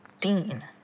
Dean